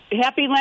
happy